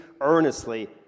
earnestly